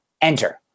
Enter